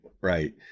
Right